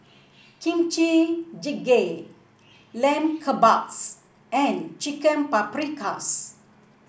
Kimchi Jjigae Lamb Kebabs and Chicken Paprikas